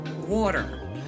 water